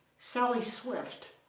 sally swift